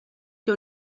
que